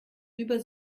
über